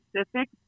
specific